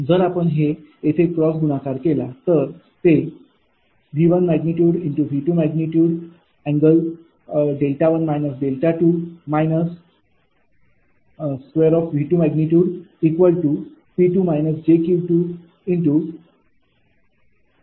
जर आपण हे येथे क्रॉस गुणाकार केला तर ते ।V1।।V2।∠δ1−δ2।−V22𝑃−𝑗𝑄𝑟𝑗𝑥 असे होईल